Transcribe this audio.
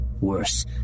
Worse